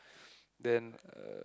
then uh